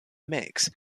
mix